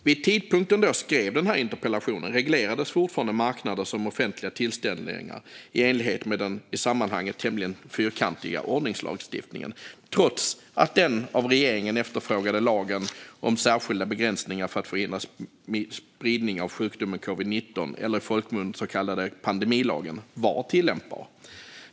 Vid tidpunkten då jag skrev denna interpellation reglerades fortfarande marknader som offentliga tillställningar i enlighet med den i sammanhanget tämligen fyrkantiga ordningslagstiftningen, trots att den av regeringen efterfrågade lagen om särskilda begränsningar för att förhindra spridning av sjukdomen covid-19, i folkmun kallad pandemilagen, var tillämpbar.